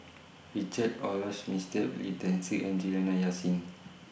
Richard Olaf Winstedt Lee Deng See and Juliana Yasin